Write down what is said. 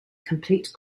complete